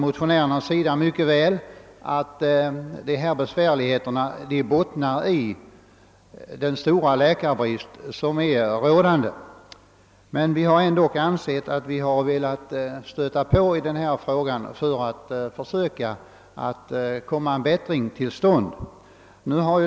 Motionärerna vet mycket väl att svårigheterna bottnar i den stora läkarbrist som rå der. Men vi har ansett det angeläget att stöta på för att försöka få en bättring till stånd.